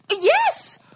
yes